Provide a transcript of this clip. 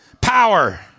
Power